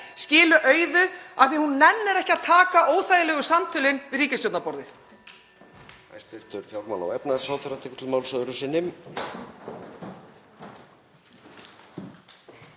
skili auðu af því að hún nennir ekki að taka óþægilegu samtölin við ríkisstjórnarborðið.